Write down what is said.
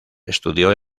estudió